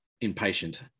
impatient